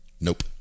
Nope